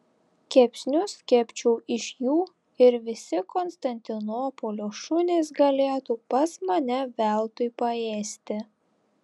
kepsnius kepčiau iš jų ir visi konstantinopolio šunys galėtų pas mane veltui paėsti